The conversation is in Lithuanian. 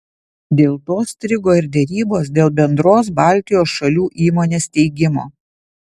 dėl to strigo ir derybos dėl bendros baltijos šalių įmonės steigimo